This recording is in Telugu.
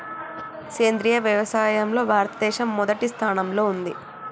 సేంద్రియ వ్యవసాయంలో భారతదేశం మొదటి స్థానంలో ఉంది